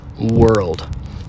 world